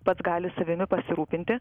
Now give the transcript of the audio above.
pats gali savimi pasirūpinti